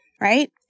right